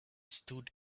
stood